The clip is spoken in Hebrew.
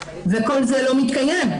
וכל זה לא מתקיים,